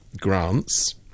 grants